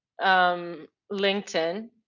LinkedIn